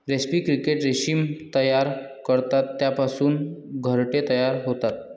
रेस्पी क्रिकेट रेशीम तयार करतात ज्यापासून घरटे तयार होतात